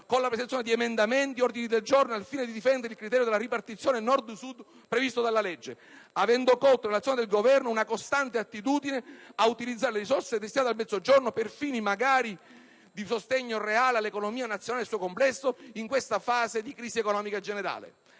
con la presentazione di emendamenti e ordini del giorno al fine di difendere il criterio di ripartizione Nord-Sud previsto dalla legge, avendo colto nell'azione del Governo una costante attitudine a utilizzare le risorse destinate al Mezzogiorno per fini, magari, di sostegno reale dell'economia nazionale nel suo complesso, in questa fase di crisi economica generale.